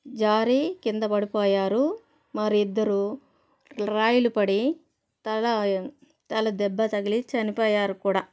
జారీ కిందపడిపోయారు మరిద్దరూ రాయిలు పడి తల తల దెబ్బ తగిలి చనిపోయారు కూడా